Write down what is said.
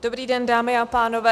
Dobrý den, dámy a pánové.